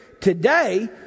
Today